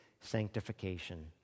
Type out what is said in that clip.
sanctification